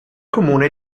comune